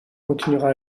continuera